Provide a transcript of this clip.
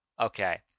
okay